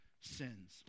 sins